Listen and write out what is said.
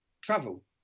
travel